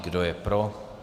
Kdo je pro?